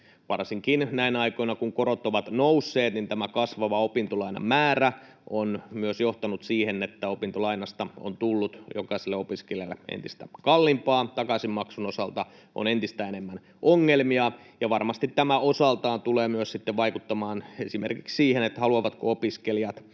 varsinkin näinä aikoina, kun korot ovat nousseet, tämä kasvava opintolainan määrä on myös johtanut siihen, että opintolainasta on tullut jokaiselle opiskelijalle entistä kalliimpaa, takaisinmaksun osalta on entistä enemmän ongelmia, niin varmasti tämä osaltaan tulee myös sitten vaikuttamaan esimerkiksi siihen, haluavatko opiskelijat